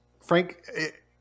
Frank